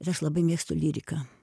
ir aš labai mėgstu lyriką